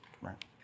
right